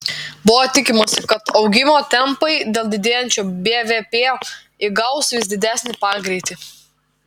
buvo tikimasi kad augimo tempai dėl didėjančio bvp įgaus vis didesnį pagreitį